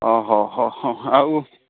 ହଁ ହଁ ହଁ ହଁ ଆଉ